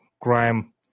crime